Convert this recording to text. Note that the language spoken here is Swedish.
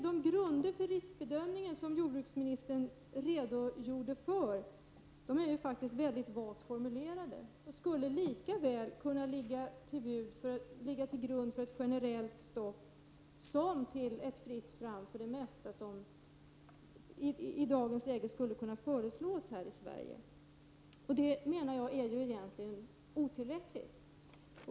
De grunder för riskbedömningen som jordbruksministern redogjorde för är väldigt vagt formulerade och skulle lika väl kunna ligga till grund för ett generellt stopp som till ett fritt fram för det mesta som i dagens läge skulle kunna föreslås i Sverige. Det menar jag är otillräckligt.